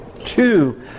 two